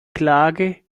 klage